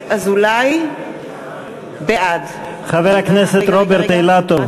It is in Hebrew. אזולאי, בעד רוברט אילטוב,